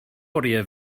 oriau